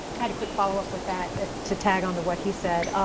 had a quick follow-up with that that to tag on to what he said.